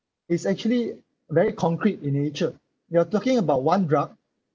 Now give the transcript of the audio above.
it's actually very concrete in nature you are talking about one drug